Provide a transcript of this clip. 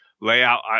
layout